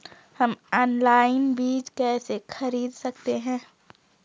हम ऑनलाइन बीज कैसे खरीद सकते हैं?